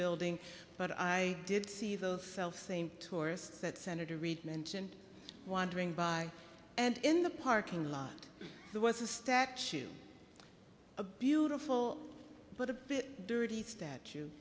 building but i did see those self same tours that senator reed mentioned wandering by and in the parking lot there was a statue a beautiful but a dirty statue